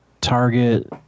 Target